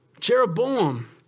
Jeroboam